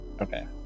okay